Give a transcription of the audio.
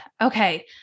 okay